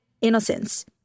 innocence